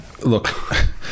Look